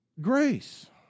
Grace